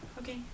Okay